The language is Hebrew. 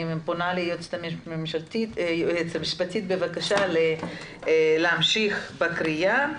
פונה ליועצת המשפטית בבקשה להמשיך בהקראה.